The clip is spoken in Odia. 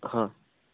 ହଁ